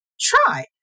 Try